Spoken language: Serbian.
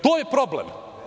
To je problem.